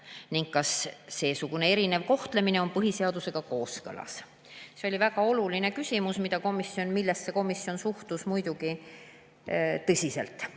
ning kas seesugune erinev kohtlemine on põhiseadusega kooskõlas. See oli väga oluline küsimus, millesse komisjon suhtus muidugi tõsiselt,